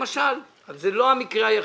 למשל, אבל זה לא המקרה היחיד.